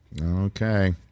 Okay